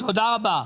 תודה רבה.